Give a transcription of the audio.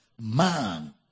Man